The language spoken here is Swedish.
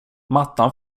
mattan